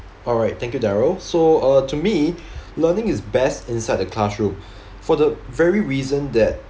alright thank you darrel so uh to me learning is best inside the classroom for the very reason that